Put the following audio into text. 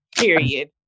Period